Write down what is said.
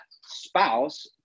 spouse